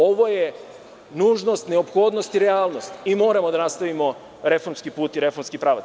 Ovo je nužnost, neophodnost i realnost i moramo da nastavimo reformski put i reformski pravac.